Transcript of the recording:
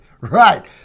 right